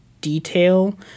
detail